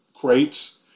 crates